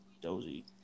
Dozy